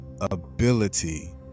ability